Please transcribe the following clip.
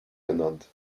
genannt